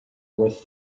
worth